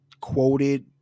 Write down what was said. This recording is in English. quoted